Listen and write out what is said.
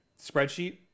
spreadsheet